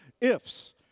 ifs